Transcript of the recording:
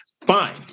fine